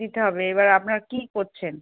দিতে হবে এবার আপনারা কী করছেন